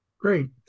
Great